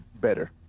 better